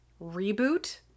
reboot